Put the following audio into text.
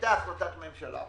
היתה החלטת ממשלה,